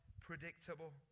predictable